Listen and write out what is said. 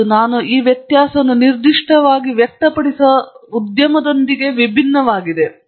ಮತ್ತು ನಾನು ಈ ವ್ಯತ್ಯಾಸವನ್ನು ನಿರ್ದಿಷ್ಟವಾಗಿ ವ್ಯಕ್ತಪಡಿಸುವ ಉದ್ಯಮದೊಂದಿಗೆ ವಿಭಿನ್ನವಾಗಿದೆ